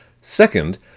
Second